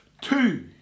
two